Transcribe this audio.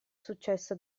successo